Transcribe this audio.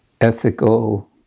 ethical